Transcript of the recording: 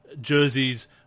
jerseys